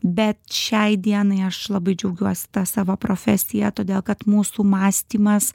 bet šiai dienai aš labai džiaugiuosi ta savo profesija todėl kad mūsų mąstymas